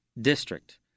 district